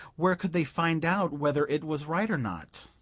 where could they find out whether it was right or not?